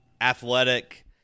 athletic